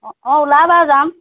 অঁ অঁ ওলাবা যাম